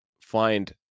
find